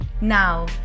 Now